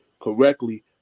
correctly